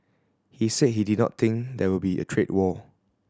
he said he did not think that there will be a trade war